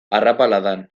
arrapaladan